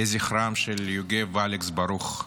יהי זכרם של יגב ואלכס ברוך.